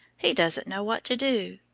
he doesn't know what to do.